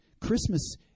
Christmas